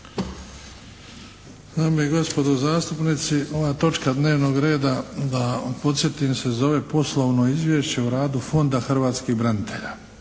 Dame i gospodo zastupnici, ova točka dnevnog reda da vas podsjetim se zove Poslovno izvješće o radu Fonda hrvatskih branitelja